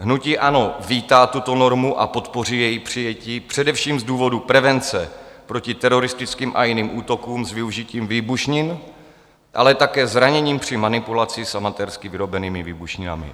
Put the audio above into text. Hnutí ANO vítá tuto normu a podpoří její přijetí především z důvodu prevence proti teroristickým a jiným útokům s využitím výbušnin, ale také zraněním při manipulaci s amatérsky vyrobenými výbušninami.